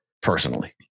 personally